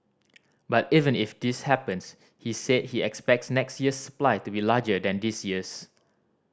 but even if this happens he said he expects next year's supply to be larger than this year's